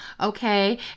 okay